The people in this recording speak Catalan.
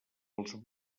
els